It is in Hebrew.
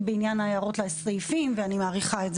של הייעוץ המשפטי של הכנסת וגם של הרשות המבצעת,